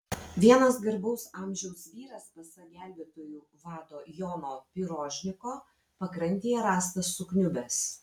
vienas garbaus amžiaus vyras pasak gelbėtojų vado jono pirožniko pakrantėje rastas sukniubęs